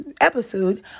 episode